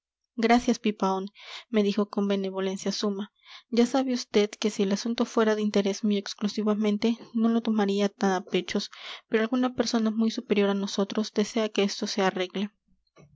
gracias pipaón me dijo con benevolencia suma ya sabe vd que si el asunto fuera de interés mío exclusivamente no lo tomaría tan a pechos pero alguna persona muy superior a nosotros desea que esto se arregle